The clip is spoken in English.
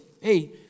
Hey